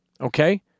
Okay